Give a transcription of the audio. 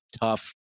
tough